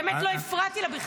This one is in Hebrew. באמת, לא הפרעתי לה בכלל.